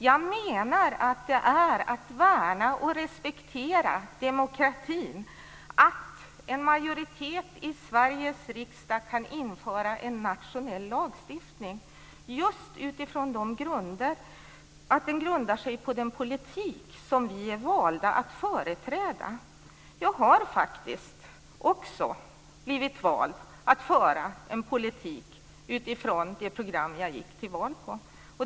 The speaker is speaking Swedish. Jag menar att det är att värna om, och respektera, demokratin att en majoritet i Sveriges riksdag kan införa en nationell lagstiftning just utifrån att den grundar sig på den politik som vi är valda för att företräda. Jag har faktiskt också blivit vald för att föra en politik utifrån det program jag gick till val på.